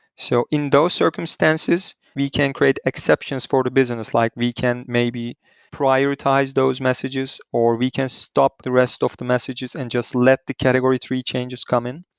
so in those circumstances, we can create exceptions for the business. like we can maybe prioritize those messages or we can stop the rest of the messages and just let the category tree changes come in.